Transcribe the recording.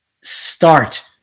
start